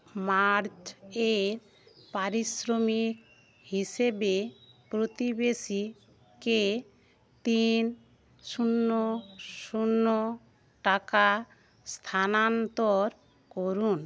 মার্চের পারিশ্রমিক হিসেবে প্রতিবেশীকে তিন শূন্য শূন্য টাকা স্থানান্তর করুন